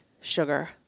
sugar